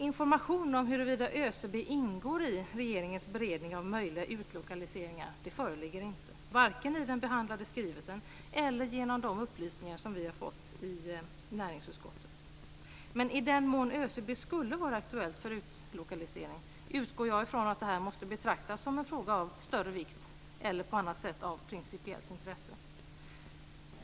Information om huruvida ÖCB ingår i regeringens beredning av möjliga utlokaliseringar föreligger inte, varken i den behandlade skrivelsen eller genom de upplysningar som vi har fått i näringsutskottet. Men i den mån ÖCB skulle vara aktuellt för utlokalisering utgår jag ifrån att det måste betraktas som en fråga av större vikt eller av principiellt intresse på annat sätt.